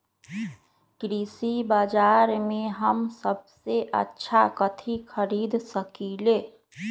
कृषि बाजर में हम सबसे अच्छा कथि खरीद सकींले?